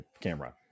camera